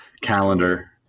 calendar